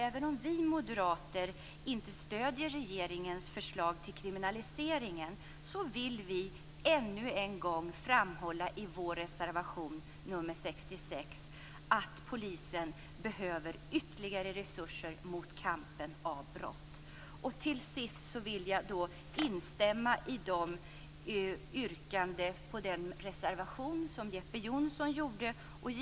Även om vi moderater inte stöder regeringens förslag till kriminalisering vill vi ännu en gång i motion 66 framhålla att polisen behöver ytterligare resurser i kampen mot brott. Till sist vill jag yrka bifall till den reservation som Jeppe Johnsson yrkat på tidigare.